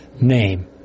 name